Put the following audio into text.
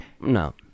No